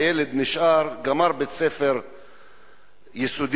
הילד נשאר, גמר בית-ספר יסודי,